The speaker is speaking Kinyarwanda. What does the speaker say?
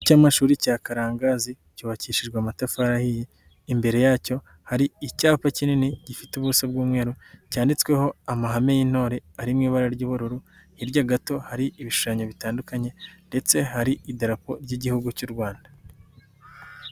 Cy'amashuri cya karangazi, cyubakishijwe amatafari ahiye, imbere yacyo hari icyapa kinini gifite ubuso bw'umweru cyanditsweho amahame y'intore ari mu ibara ry'ubururu, hirya gato hari ibishushanyo bitandukanye, ndetse hari idarapo ry'igihugu cy'uRwanda.